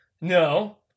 No